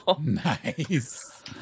Nice